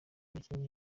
yakinnye